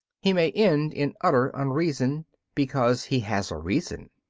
he may end in utter unreason because he has a reason.